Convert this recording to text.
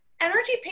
energy